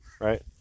Right